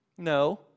No